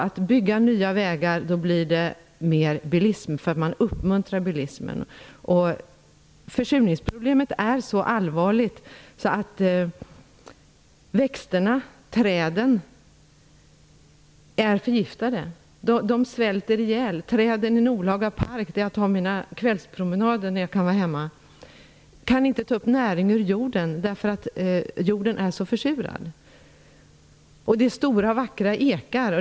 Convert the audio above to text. Att bygga nya vägar innebär att man uppmuntrar bilismen. Försurningsproblemet är så allvarligt att växterna och träden är förgiftade. Träden i den park där jag tar min kvällspromenad kan inte ta upp näring ur jorden därför att jorden är försurad. Där finns stora vackra ekar.